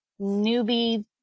newbie